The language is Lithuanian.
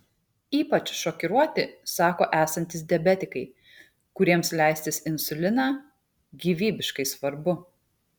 ypač šokiruoti sako esantys diabetikai kuriems leistis insuliną gyvybiškai svarbu